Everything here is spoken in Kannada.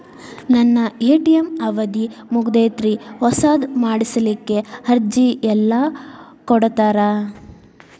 ನನ್ನ ಎ.ಟಿ.ಎಂ ಅವಧಿ ಮುಗದೈತ್ರಿ ಹೊಸದು ಮಾಡಸಲಿಕ್ಕೆ ಅರ್ಜಿ ಎಲ್ಲ ಕೊಡತಾರ?